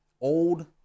old